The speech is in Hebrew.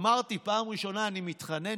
אמרתי: פעם ראשונה אני מתחנן,